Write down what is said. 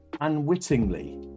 unwittingly